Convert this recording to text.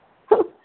ꯍꯝ